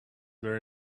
were